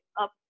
up